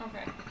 Okay